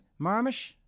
Marmish